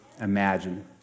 imagine